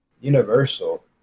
Universal